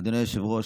אדוני היושב-ראש,